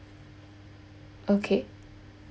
okay